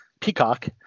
peacock